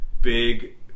big